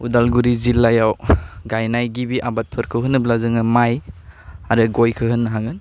अदालगुरि जिल्लायाव गायनाय गिबि आबादफोरखौ होनोब्ला जोङो माइ आरो गयखौ होन्नो हागोन